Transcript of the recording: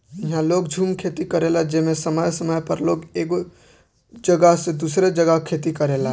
इहा लोग झूम खेती करेला जेमे समय समय पर लोग एगो जगह से दूसरी जगह खेती करेला